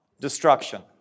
Destruction